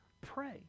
Pray